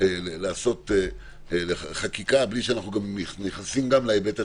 לעשות חקיקה בלי שאנחנו גם נכנסים להיבט התפעולי.